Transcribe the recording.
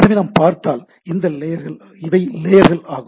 எனவே நாம் பார்த்தால் இவை லேயர்கள் ஆகும்